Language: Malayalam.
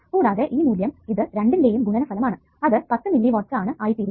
കൂടാതെ ഈ മൂല്യം ഇത് രണ്ടിന്റെയും ഗുണനഫലം ആണ് അത് 10 മില്ലി വാട്ട്സ് ആണ് ആയിത്തീരുക